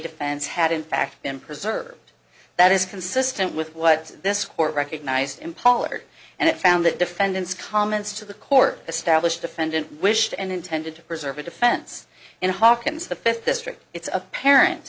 defense had in fact been preserved that is consistent with what this court recognized in pollard and it found that defendant's comments to the court established defendant wished and intended to preserve a defense in hawkins the fifth district its apparent